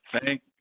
Thank